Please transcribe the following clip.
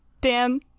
dan